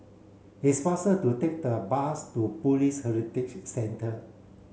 it's faster to take the bus to Police Heritage Centre